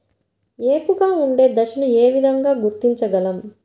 ఏపుగా ఉండే దశను ఏ విధంగా గుర్తించగలం?